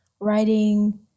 writing